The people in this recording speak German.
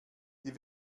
die